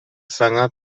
саҥа